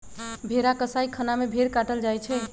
भेड़ा कसाइ खना में भेड़ काटल जाइ छइ